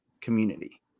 community